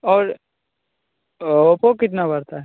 और ओप्पो का कितना पड़ता है